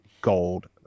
gold